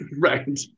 right